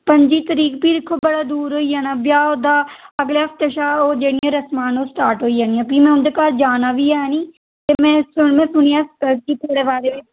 पं'जी तरीक भी दिक्खो बड़ा दूर होई जाना ब्याह् ओह्दा अगले हफ्ते शा ओह् जेह्ड़ियां रस्मां न ओह् स्टार्ट होई जानियां न भी में उं'दे घर जाना बी ऐ निं कि में सुनेआ थुआढ़े बारै बी